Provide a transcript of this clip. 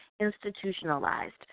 institutionalized